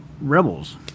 rebels